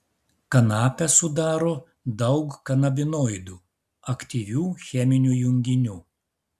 kanapę sudaro daug kanabinoidų aktyvių cheminių junginių